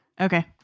okay